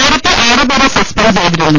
നേരത്തെ ആറുപേരെ സസ്പെന്റ് ചെയ്തിരുന്നു